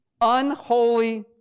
unholy